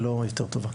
ולא יותר טובה.